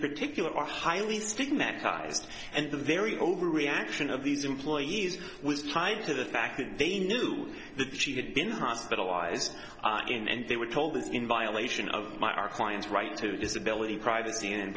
particular are highly stigmatized and the very overreaction of these employees was time to the fact that they knew that she had been hospitalized again and they were told is in violation of my our client's right to disability privacy and